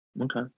Okay